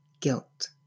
guilt